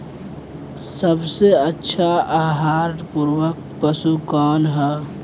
सबसे अच्छा आहार पूरक पशु कौन ह?